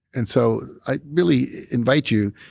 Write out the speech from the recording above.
and so i really invite you,